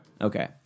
Okay